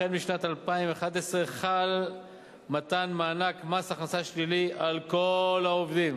משנת 2011 חל מתן מענק מס הכנסה שלילי על כל העובדים,